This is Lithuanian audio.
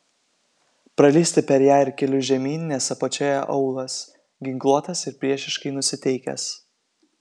pralįsti per ją ir keliu žemyn nes apačioje aūlas ginkluotas ir priešiškai nusiteikęs